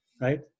right